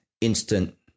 instant